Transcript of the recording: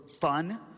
fun